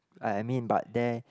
I I mean but they